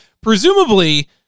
Presumably